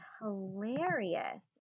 hilarious